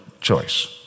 choice